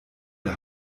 der